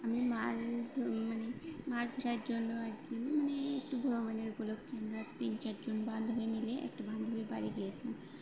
আমি মাছ মানে মাছ ধরার জন্য আর কি মানে একটু ভ্রমণের গুলোকে আমরা তিন চারজন বান্ধবী মিলে একটা বান্ধবীর বাড়ি গিয়েছিলাম